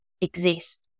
exist